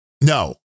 No